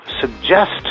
suggest